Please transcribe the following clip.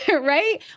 right